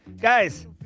guys